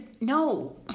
no